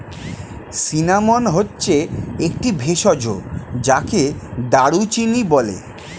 cinnamon হচ্ছে একটি ভেষজ যাকে দারুচিনি বলে